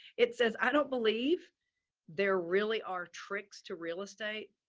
it says, i don't believe there really are tricks to real estate.